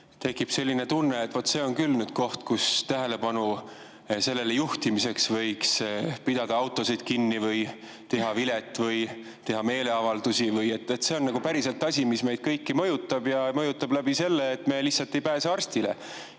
tekib selline tunne, et vaat see on küll koht, kus sellele tähelepanu juhtimiseks võiks ehk pidada autosid kinni või [anda] vilet või teha meeleavaldusi. See on päriselt asi, mis meid kõiki mõjutab ja mõjutab sellega, et me lihtsalt ei pääse arsti